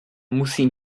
musím